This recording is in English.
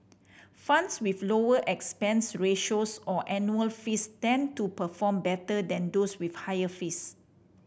funds with lower expense ratios or annual fees tend to perform better than those with higher fees